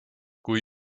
kui